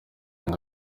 ngo